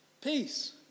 peace